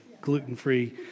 gluten-free